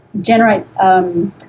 generate